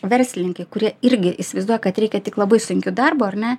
verslininkai kurie irgi įsivaizduoja kad reikia tik labai sunkiu darbu ar ne